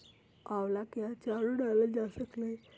आम्ला के आचारो डालल जा सकलई ह